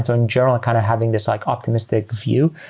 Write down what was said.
ah in general, kind of having this like optimistic view.